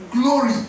glory